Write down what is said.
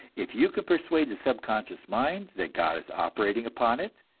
if you can persuade the subconscious mind that god is operating upon it,